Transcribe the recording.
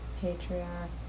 patriarch